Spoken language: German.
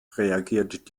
reagiert